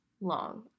long